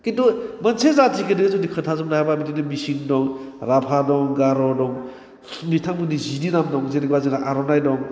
खिनथु मोनसे जाथिखौनो जुदि खोनथा जोबनो हायाबा बिदिनो मिसिं दं राभा दं गार' दं बिथांमोननि जिनि नाम दं जेनैबा जोंना आर'नाय दं